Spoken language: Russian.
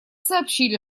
сообщили